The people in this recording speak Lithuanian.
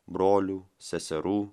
brolių seserų